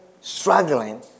struggling